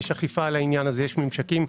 יש אכיפה על זה, יש ממשקים.